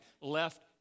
left